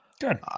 Good